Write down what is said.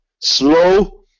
slow